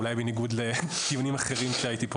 אולי בניגוד לדיונים אחרים שהייתי בהם